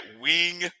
Wing